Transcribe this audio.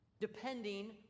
depending